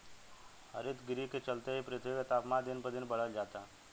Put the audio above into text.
हरितगृह के चलते ही पृथ्वी के तापमान दिन पर दिन बढ़ल जाता